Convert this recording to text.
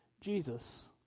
Jesus